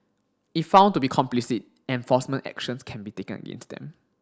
if found to be complicit enforcement actions can be taken against them